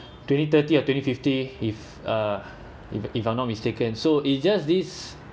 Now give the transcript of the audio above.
twenty thirty or twenty fifty if uh if if I'm not mistaken so it's just this